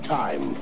time